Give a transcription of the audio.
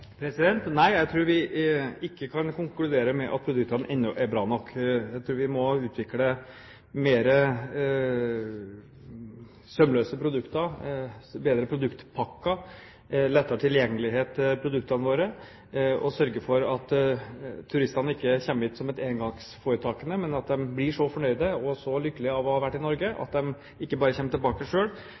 Jeg tror ikke vi kan konkludere med at produktene ennå er bra nok. Jeg tror vi må utvikle mer sømløse produkter, bedre produktpakker og lettere tilgjengelighet til produktene våre. Vi må sørge for at det at turistene kommer hit, ikke blir en engangsforeteelse for dem, men at de blir så fornøyde og lykkelige over å ha vært i Norge at de ikke bare kommer tilbake